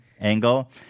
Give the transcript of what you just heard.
angle